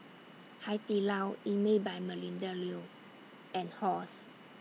Hai Di Lao Emel By Melinda Looi and Halls